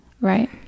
right